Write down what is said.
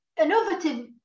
innovative